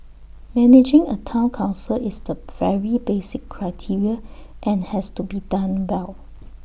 managing A Town Council is the very basic criteria and has to be done well